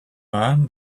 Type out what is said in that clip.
man